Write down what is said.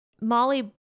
molly